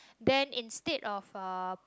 then instead of uh